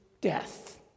Death